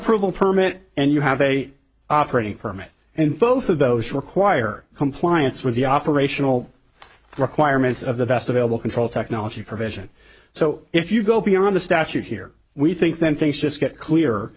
approval permit and you have a operating permit and both of those require compliance with the operational requirements of the best available control technology provision so if you go beyond the statute here we think then things just get